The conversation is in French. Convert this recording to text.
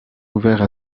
ouverts